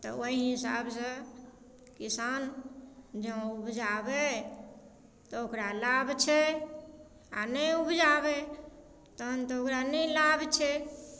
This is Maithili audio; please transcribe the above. तऽ ओइ हिसाबसँ किसान जौँ उपजाबै तऽ ओकरा लाभ छै आओर नहि उपजाबै तहन तऽ ओकरा नहि लाभ छै